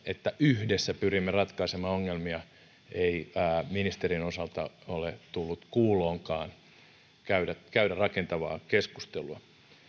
että yhdessä pyrimme ratkaisemaan ongelmia ei ministerien osalta ole tullut kuuloonkaan käydä käydä rakentavaa keskustelua